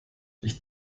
ich